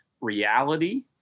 reality